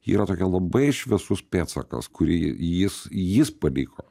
yra tokia labai šviesus pėdsakas kurį jis jis paliko